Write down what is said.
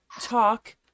talk